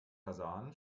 versahen